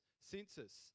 census